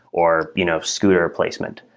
or you know scooter placement,